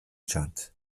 tschad